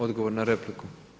Odgovor na repliku.